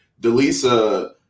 Delisa